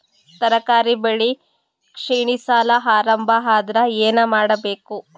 ತರಕಾರಿ ಬೆಳಿ ಕ್ಷೀಣಿಸಲು ಆರಂಭ ಆದ್ರ ಏನ ಮಾಡಬೇಕು?